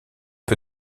peu